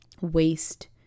Waste